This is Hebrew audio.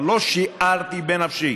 אבל לא שיערתי בנפשי